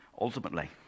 ultimately